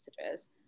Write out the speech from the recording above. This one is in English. messages